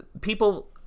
people